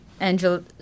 Angel